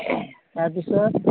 তাৰপিছত